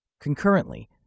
Concurrently